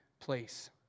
place